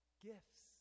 gifts